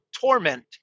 torment